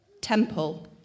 Temple